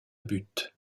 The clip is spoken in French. but